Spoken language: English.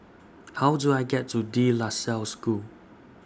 How Do I get to De La Salle School